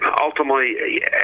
Ultimately